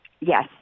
yes